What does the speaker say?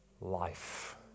life